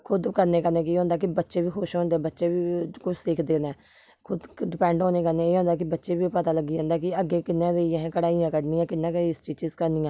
खुद करने कन्नै केह् होंदा कि बच्चे बी खुश होंदे बच्चे बी कुछ सिखदे न खुद डिपैंड होने कन्नै एह् होंदा कि बच्चें बी पता लग्गी जंदा कि अग्गें कि'यां जाइयै असें कढाइयां कढनियां कि'यां करियै स्टिचिस करनियां